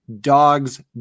dog's